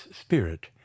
spirit